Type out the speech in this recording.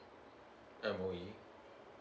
M_O_E